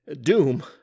Doom